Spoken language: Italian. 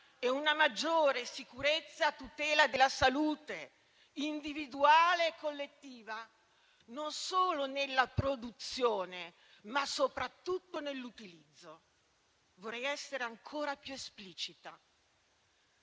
e una maggiore sicurezza a tutela della salute individuale e collettiva, non solo nella produzione, ma soprattutto nell'utilizzo. Vorrei essere ancora più esplicita: